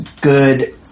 good